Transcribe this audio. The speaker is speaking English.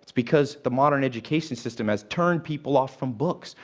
it's because the modern education system has turned people off from books.